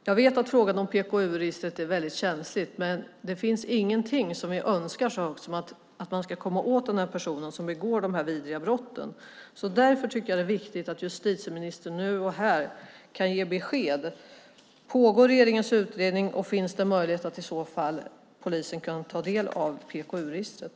Jag vet att frågan om PKU-registret är väldigt känslig, men det finns ingenting som vi önskar så högt som att man ska komma åt den person som begår de här vidriga brotten. Därför tycker jag att det är viktigt att justitieministern nu och här kan ge besked. Pågår regeringens utredning? Finns det i så fall möjlighet för polisen att ta del av PKU-registret?